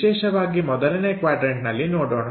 ವಿಶೇಷವಾಗಿ ಮೊದಲನೇ ಕ್ವಾಡ್ರನ್ಟನಲ್ಲಿ ನೋಡೋಣ